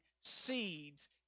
seeds